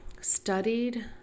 studied